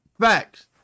facts